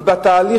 היא בתהליך,